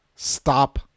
Stop